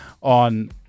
on